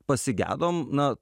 pasigedom na